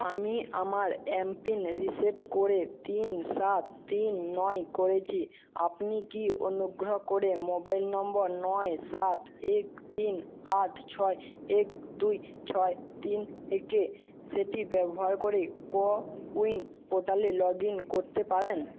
আমি আমার M PIN reset করে তিন সাত তিন নয় করেছি আপনি কি অনুগ্রহ করে মোবাইল নম্বর নয় সাত এক তিন আট ছয় এক দুই ছয় তিন একে সেটি ব্যবহার করে কো উইন পোর্টালে লগ ইন করতে পারেন